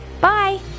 Bye